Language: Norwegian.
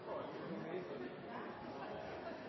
foreslår